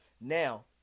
Now